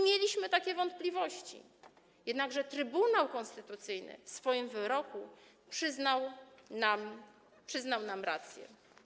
Mieliśmy takie wątpliwości, jednakże Trybunał Konstytucyjny w swoim wyroku przyznał nam rację.